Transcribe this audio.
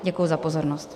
Děkuji za pozornost.